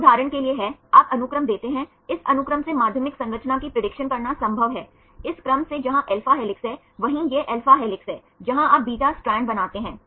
यह उदाहरण के लिए है आप अनुक्रम देते हैं इस अनुक्रम से माध्यमिक संरचना की प्रेडिक्शन करना संभव है इस क्रम से जहां alpha हेलिक्स हैं वहीं यह alpha हेलिक्स है जहां आप beta स्ट्रैंड बनाते हैं